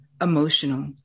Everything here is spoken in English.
emotional